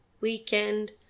weekend